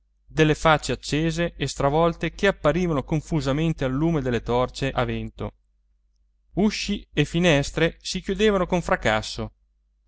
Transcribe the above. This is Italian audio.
delle facce accese e stravolte che apparivano confusamente al lume delle torce a vento usci e finestre si chiudevano con fracasso